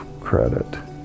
credit